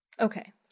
Okay